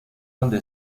donde